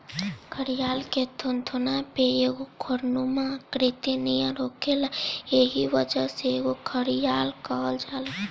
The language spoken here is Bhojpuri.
घड़ियाल के थुथुना पे एगो घड़ानुमा आकृति नियर होखेला एही वजह से एके घड़ियाल कहल जाला